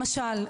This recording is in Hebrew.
למשל,